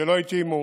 שלא התאימו